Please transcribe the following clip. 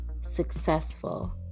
successful